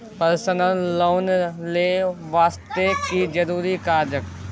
Personal loan ले वास्ते की जरुरी कागज?